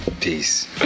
peace